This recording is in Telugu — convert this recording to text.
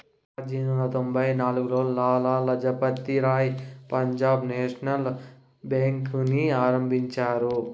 పజ్జేనిమిది వందల తొంభై నాల్గులో లాల లజపతి రాయ్ పంజాబ్ నేషనల్ బేంకుని ఆరంభించారు